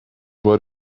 what